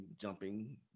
jumping